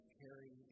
carry